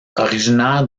originaires